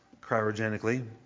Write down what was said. cryogenically